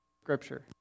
scripture